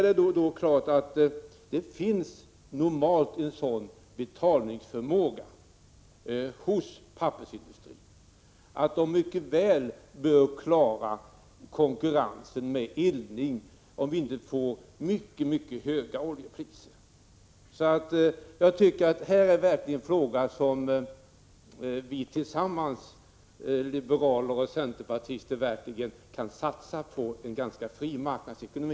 Det är klart att pappersindustrin normalt har en sådan betalningsförmåga att den mycket väl bör klara att konkurrera med dem som eldar papperet om inte oljepriserna stiger mycket kraftigt. I denna fråga kan liberaler och centerpartister tillsammans verkligen satsa på en ganska fri marknadsekonomi.